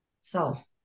self